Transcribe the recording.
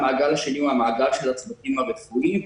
המעגל השני הוא המעגל של הצוותים הרפואיים,